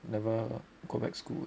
never go back school